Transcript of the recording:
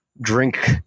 drink